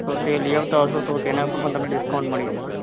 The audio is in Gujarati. તો તે લઈ આવતા હશો તો તેના પર પણ તમને ડિસ્કાઉન્ટ મળી જશે